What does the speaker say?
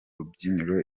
rubyiniriro